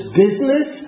business